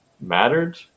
mattered